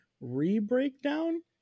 re-breakdown